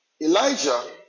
Elijah